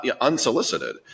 unsolicited